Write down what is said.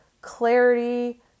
clarity